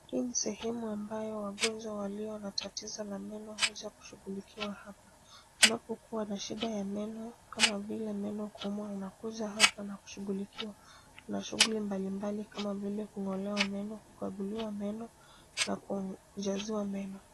Hii ni sehemu ambayo wagonjwa walio na tatizo la meno huja kushughulikiwa hapa. Unapokuwa na shida ya meno kama vile meno kuuma unakuja hapa na kushughulikiwa. Kuna shuguli mbalimbali kama vile kung'olewa meno, kukaguliwa meno na kujaziwa meno.